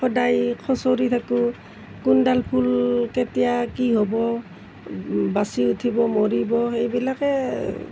সদায় খুচৰি থাকোঁ কোনডাল ফুল কেতিয়া কি হ'ব বাচি উঠিব মৰিব সেইবিলাকেই